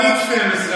לערוץ 12,